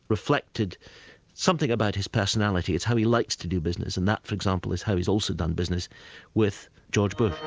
reflected something about his personality. it's how he likes to do business, and that for example, is how he's also done business with george bush.